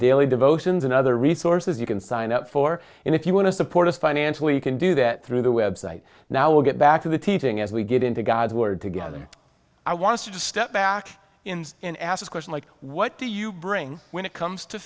daily devotions and other resources you can sign up for and if you want to support us financially you can do that through the web site now we'll get back to the teaching as we get into god's word together i want to step back and ask a question like what do you bring when it comes to